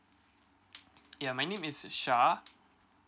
ya my name is syah